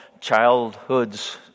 childhoods